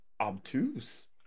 obtuse